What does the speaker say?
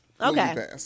Okay